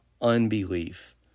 unbelief